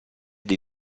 dei